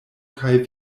kaj